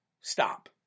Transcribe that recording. stop